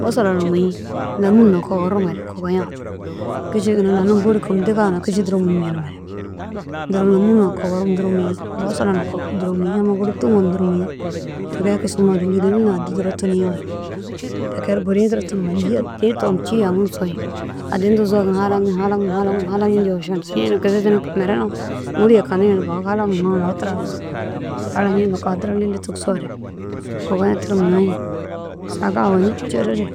Basala na mûyi lômun na kogorumare kogoya kiši ginna lanum bôli kisimare diga huna kiši duro mûm yenimare duro lômuna na kogorum duro mûyi basala na duro mûyi amma gur tûma na duro mûyi. Ti kee kisimoore gîleni na addi duro tuniyoore ti kee ru gurii duro tunumoore îyi addi toyi cî jaŋum soyi. Addi nuzoo ginna halaŋi halaŋi halaŋi nciyoo mire na ŋûli ye kanu ye ru bahig halaŋumoore lau tira bahig halaŋi nokoo lau lili tigisoo kogoya tirim nayi. Saga owoni ciraru